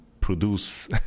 produce